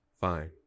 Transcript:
Fine